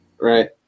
right